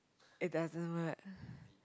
it doesn't work